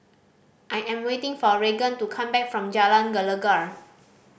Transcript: I am waiting for Reagan to come back from Jalan Gelegar